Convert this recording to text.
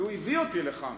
הוא הביא אותי לכאן.